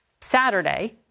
Saturday